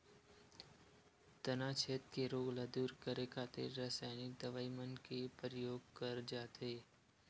तनाछेद के रोग ल दूर करे खातिर रसाइनिक दवई मन के परियोग करे जाथे